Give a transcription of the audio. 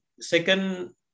Second